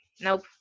nope